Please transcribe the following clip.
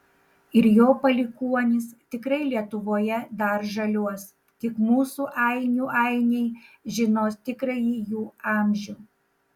ir jo palikuonys tikrai lietuvoje dar žaliuos tik mūsų ainių ainiai žinos tikrąjį jų amžių